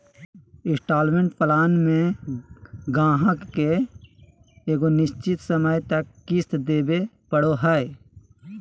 instalment plan मे गाहक के एगो निश्चित समय तक किश्त देवे पड़ो हय